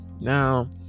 now